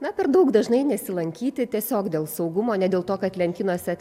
na per daug dažnai nesilankyti tiesiog dėl saugumo ne dėl to kad lentynose